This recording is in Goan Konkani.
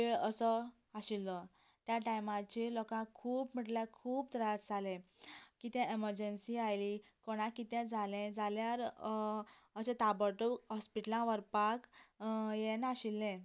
वेळ असो आशिल्लो त्या टायमाचेर लोकांक खूब म्हटल्यार खूब त्रास जालें कितें एमरजंन्सी आसली कोणाक कितें जालें जाल्यार अशें ताबडतोब हॉस्पीटलांक व्हरपाक हे नाशिल्लें